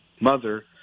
mother